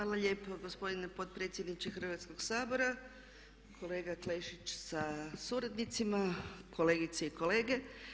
Hvala lijepo gospodine potpredsjedniče Hrvatskoga sabora, kolega Klešić sa suradnicima, kolegice i kolege.